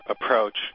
approach